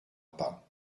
pas